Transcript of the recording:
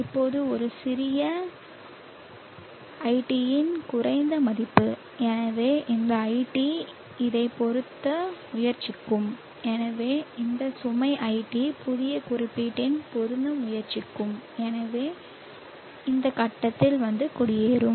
இப்போது இது ஒரு சிறிய iT யின் குறைந்த மதிப்பு எனவே இந்த iT இதை பொருத்த முயற்சிக்கும் எனவே இந்த சுமை iT புதிய குறிப்புடன் பொருந்த முயற்சிக்கும் எனவே இந்த கட்டத்தில் வந்து குடியேறும்